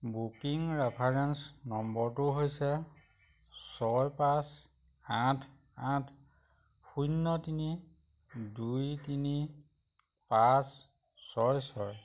booking reference নম্বৰটো হৈছে ছয় পাঁচ আঠ আঠ শূন্য তিনি দুই তিনি পাঁচ ছয় ছয়